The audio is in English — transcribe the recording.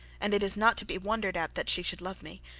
and it is not to be wondered at that she should love me.